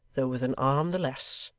though with an arm the less,